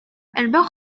элбэх